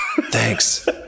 thanks